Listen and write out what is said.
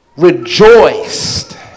rejoiced